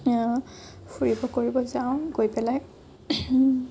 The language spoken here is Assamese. ফুৰিব কৰিব যাওঁ গৈ পেলাই